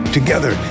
Together